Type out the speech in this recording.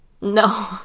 No